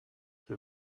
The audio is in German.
für